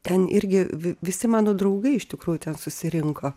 ten irgi visi mano draugai iš tikrųjų ten susirinko